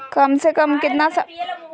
कम से कम कितना समय के लिए फिक्स डिपोजिट है?